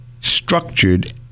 structured